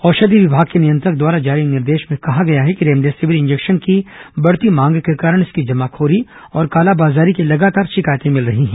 औषधि विभाग के नियंत्रक द्वारा जारी निर्देश में कहा गया है कि रेमडेसिविर इंजेक्शन की बढ़ती मांग के कारण इसकी जमाखोरी और कालाबाजारी की लगातार शिकायते मिल रही हैं